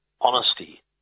honesty